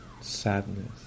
sadness